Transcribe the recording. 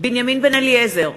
בנימין בן-אליעזר,